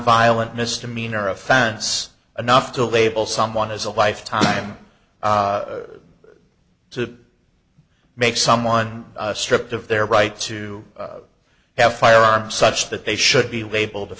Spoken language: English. violent misdemeanor offense enough to label someone as a life time to make someone stripped of their right to have a firearm such that they should be labeled a